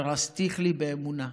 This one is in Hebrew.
וארשתיך לי באמונה".